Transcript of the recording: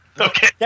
Okay